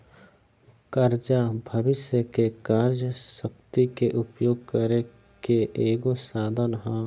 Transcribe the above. कर्जा भविष्य के कार्य शक्ति के उपयोग करे के एगो साधन ह